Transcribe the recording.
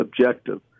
objective